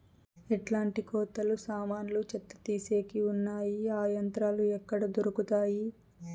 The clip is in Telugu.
ఎట్లాంటి కోతలు సామాన్లు చెత్త తీసేకి వున్నాయి? ఆ యంత్రాలు ఎక్కడ దొరుకుతాయి?